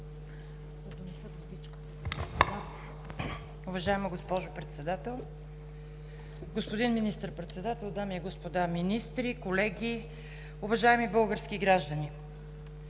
Уважаема госпожо Председател, господин Министър-председател, дами и господа министри, колеги! Уважаеми български граждани!